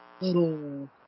Little